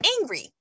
angry